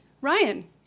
Ryan